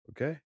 okay